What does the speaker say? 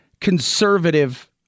conservative